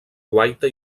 guaita